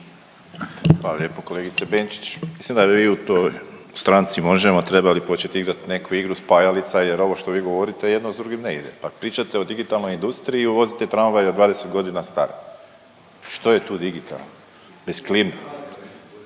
lijepo kolegice Benčić. Mislim da bi vi u toj stranci Možemo trebali počet igrat neku igru spajalica jer ovo što vi govorite, jedno s drugim ne ide. Pa pričate o digitalnoj industriji i uvozite tramvaje od 20 godina star, što je tu digitalno. Bez klime.